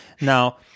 Now